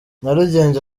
nyarugenge